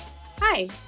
Hi